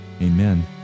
Amen